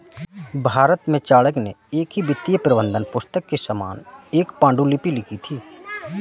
भारत में चाणक्य ने एक वित्तीय प्रबंधन पुस्तक के समान एक पांडुलिपि लिखी थी